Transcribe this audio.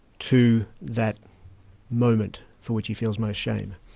to that moment for which he feels most shame.